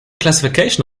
classification